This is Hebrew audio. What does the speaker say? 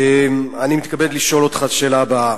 אני מתכבד לשאול אותך את השאלה הבאה: